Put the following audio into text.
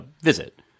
visit